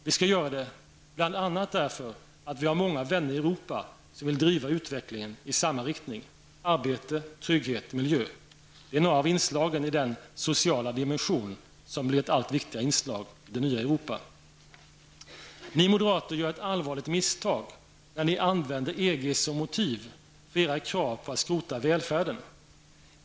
Vi skall göra det bl.a. därför att vi har många vänner i Europa som vill driva utvecklingen i samma riktning: arbete, trygghet, miljö -- det är några av inslagen i den sociala dimension som blir ett allt viktigare inslag i det nya Europa. Ni moderater gör ett allvarligt misstag när ni använder EG som motiv för era krav på att skrota välfärden.